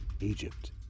Egypt